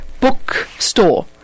bookstore